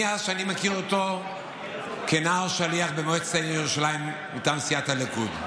מאז שאני מכיר אותו כנער שליח במועצת העיר ירושלים מטעם סיעת הליכוד,